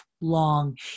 long